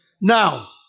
Now